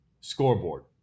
Scoreboard